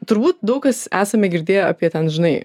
turbūt daug kas esame girdėję apie ten žinai